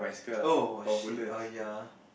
oh shit err ya